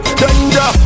danger